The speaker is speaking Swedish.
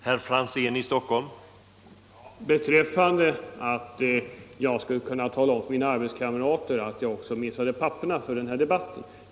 Herr talman! Herr Gustavsson i Alvesta föreslog att jag skulle tala om för mina arbetskamrater att jag missade manuskriptet i den här debatten.